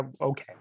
okay